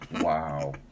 Wow